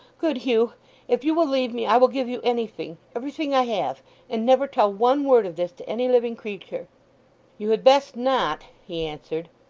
good hugh if you will leave me i will give you anything everything i have and never tell one word of this to any living creature you had best not he answered.